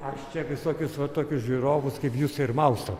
aš čia visokius va tokius žiūrovus kaip jūs ir maustau